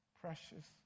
precious